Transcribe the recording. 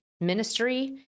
ministry